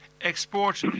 export